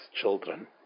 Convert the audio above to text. children